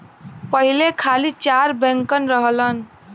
पहिले खाली चार बैंकन रहलन